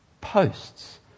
posts